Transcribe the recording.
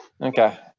Okay